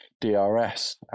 DRS